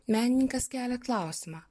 menininkas kelia klausimą